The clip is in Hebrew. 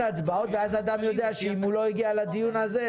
הצבעות ואז אדם יודע שאם הוא לא הגיע לדיון הזה,